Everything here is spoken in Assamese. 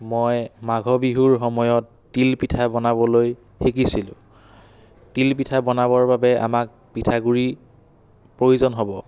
মই মাঘৰ বিহুৰ সময়ত তিল পিঠা বনাবলৈ শিকিছিলোঁ তিল পিঠা বনাবৰ বাবে আমাক পিঠাগুড়ি প্ৰয়োজন হ'ব